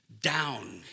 down